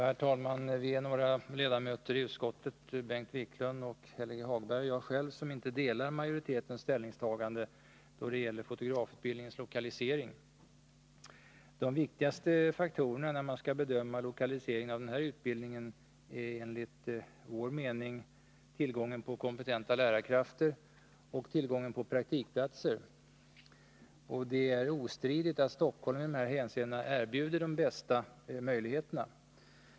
Herr talman! Vi är några ledamöter i utskottet — Bengt Wiklund, Helge Hagberg och jag själv — som inte delar majoritetens ställningstagande då det gäller den fotografiska utbildningens lokalisering. De viktigaste faktorerna när man skall bedöma lokalisering av denna utbildning är enligt vår mening tillgången på kompetenta lärarkrafter och tillgången på praktikplatser. Det är ostridigt att Stockholm i dessa hänseenden erbjuder de bästa möjligheterna.